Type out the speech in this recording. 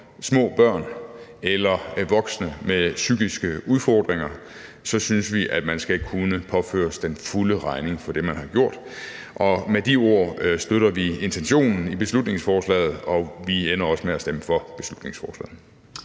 små børn eller voksne med psykiske udfordringer, synes vi, at man skal kunne påføres den fulde regning for det, man har gjort. Med de ord støtter vi intentionen i beslutningsforslaget, og vi ender også med at stemme for beslutningsforslaget.